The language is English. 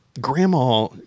grandma